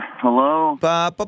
Hello